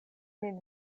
min